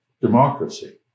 Democracy